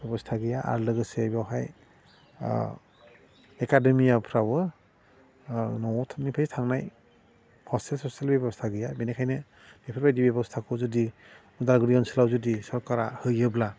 बेबस्था गैया आरो लोगोसे बेवहाय एकाडेमिफ्रावबो न'वावनिफ्राय थांनाय ह'स्टेल थसटेल बेबस्था गैया बेनिखायनो बेफोरबायदि बेबस्थाखौ जुदि उदालगुरि ओनसोलाव जुदि सरकारा होयोब्ला